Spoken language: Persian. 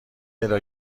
ادا